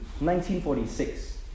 1946